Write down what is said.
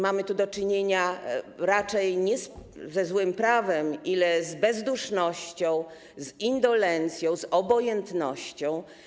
Mamy tu do czynienia raczej nie ze złym prawem, ile z bezdusznością, z indolencją, z obojętnością.